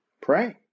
Pray